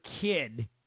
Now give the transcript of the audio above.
kid